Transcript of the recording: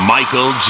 Michael